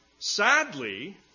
Sadly